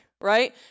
right